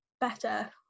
better